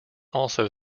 also